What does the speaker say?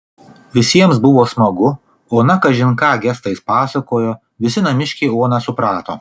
visiems buvo smagu ona kažin ką gestais pasakojo visi namiškiai oną suprato